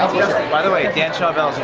by the way, dan chavel